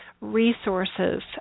resources